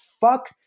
fuck